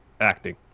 acting